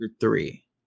three